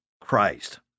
Christ